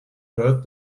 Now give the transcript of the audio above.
heard